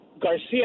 Garcia